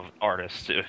artists